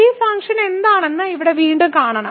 ഈ ഫംഗ്ഷൻ എന്താണെന്ന് ഇവിടെ വീണ്ടും കാണണം